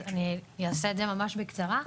אז אני אעשה את זה ממש בקצרה.